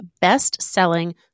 best-selling